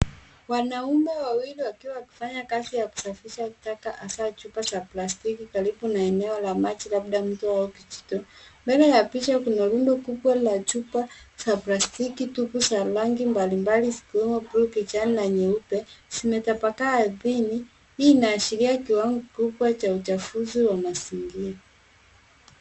Wanaume wawili wakiwa wakifanya kazi ya kusafisha taka hasaa chupa za plastiki karibu na eneo la maji labda mto au kijito. Mbele ya picha kuna rundo kubwa la chupa za plastiki tupu za rangi mbalimbali zikiwa buluu, kijani na nyeupe. Zimetapakaa ardhini, hii inaashiria kiwango kikubwa cha uchafuzi wa mazingira.